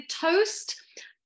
toast